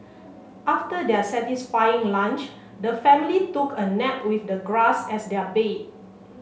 after their satisfying lunch the family took a nap with the grass as their bed